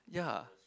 ya